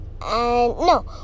No